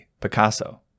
Picasso